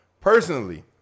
personally